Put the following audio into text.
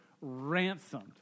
ransomed